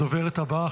הדוברת הבאה,